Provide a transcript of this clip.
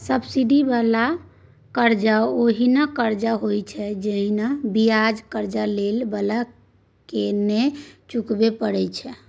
subsidy बला कर्जा ओहेन कर्जा होइत छै जइमे बियाज कर्जा लेइ बला के नै चुकाबे परे छै